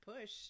push